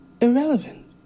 Irrelevant